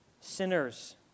sinners